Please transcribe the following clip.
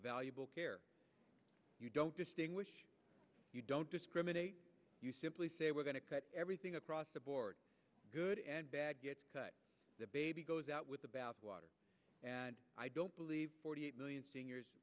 valuable care you don't distinguish you don't discriminate you simply say we're going to cut everything across the board good and bad the baby goes out with the bathwater and i don't believe forty eight million seniors